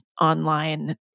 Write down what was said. online